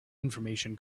information